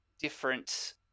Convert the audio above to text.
different